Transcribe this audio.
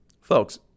folks